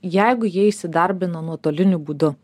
jeigu jie įsidarbina nuotoliniu būdu